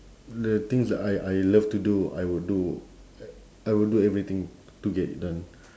the things that I I love to do I would do I would do everything to get it done